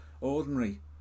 ordinary